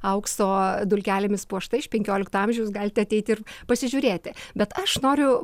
aukso dulkelėmis puošta iš penkiolikto amžiaus galite ateiti ir pasižiūrėti bet aš noriu